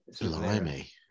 Blimey